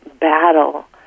battle